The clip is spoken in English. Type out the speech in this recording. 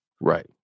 Right